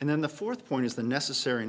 and then the fourth point is the necessary